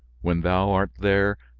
when thou art there,